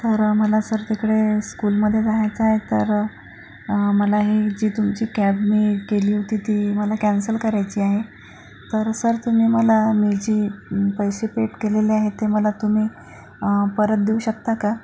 तर मला सर तिकडे स्कूलमध्ये जायचा आहे तर मला हे जी तुमची कॅब मी केली होती ती मला कॅन्सल करायची आहे तर सर तुम्ही मला मी जे पैसे पेड केलेले आहेत ते मला तुम्ही परत देऊ शकता का